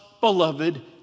beloved